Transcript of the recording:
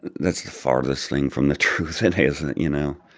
that's the farthest thing from the truth it isn't you know.